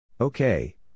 okay